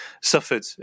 suffered